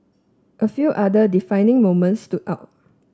a few other defining moments stood out